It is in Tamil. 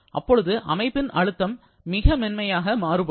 அப்பொழுது அமைப்பின் அழுத்தம் மிக மென்மையாக மாறுபடும்